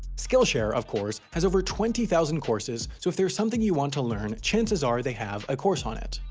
skillshare, of course, has over twenty thousand courses so if there's something you want to learn chances are they have a course on it.